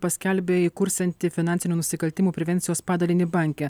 paskelbė įkursianti finansinių nusikaltimų prevencijos padalinį banke